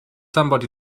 somebody